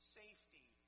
safety